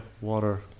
water